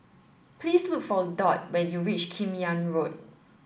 please look for Dot when you reach Kim Yam Road